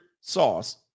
sauce